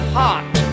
hot